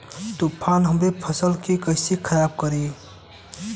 तूफान हमरे फसल के कइसे खराब करी?